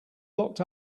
locked